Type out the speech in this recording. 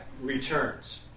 returns